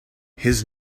his